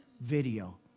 video